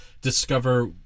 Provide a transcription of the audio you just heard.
discover